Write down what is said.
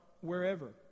wherever